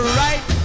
right